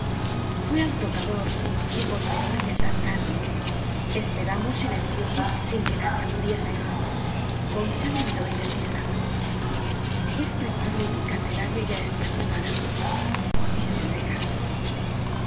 fué al tocador y golpeó en el tan tan es peramos silenciosos sin que nadie acudiese concha me miró indecisa es probable que candelaria ya esté acos tada en ese caso